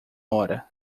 hora